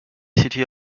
city